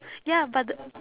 ya but the